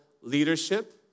leadership